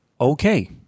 okay